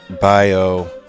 bio